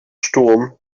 sturm